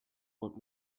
what